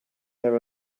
have